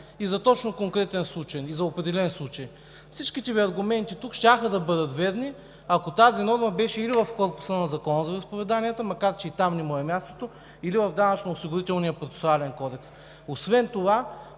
за точно конкретен и определен случай. Всичките Ви аргументи щяха да бъдат верни, ако тази норма беше или в корпуса на Закона за вероизповеданията, макар че и там не му е мястото, или в Данъчно-осигурителния процесуален кодекс. Освен това